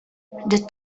the